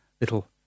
little